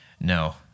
No